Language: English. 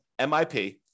MIP